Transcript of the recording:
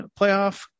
playoff